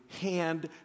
hand